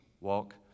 Walk